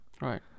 Right